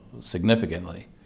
significantly